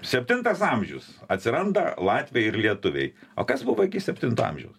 septintas amžius atsiranda latviai ir lietuviai o kas buvo iki septinto amžiaus